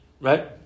Right